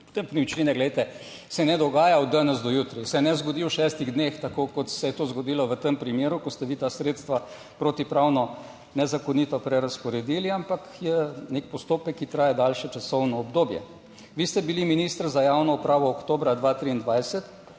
nepremičnine, glejte, se ne dogaja od danes do jutri, se ne zgodi v šestih dneh, tako kot se je to zgodilo v tem primeru, ko ste vi ta sredstva protipravno, nezakonito prerazporedili, ampak je nek postopek, ki traja daljše časovno obdobje. Vi ste bili minister za javno upravo oktobra 2023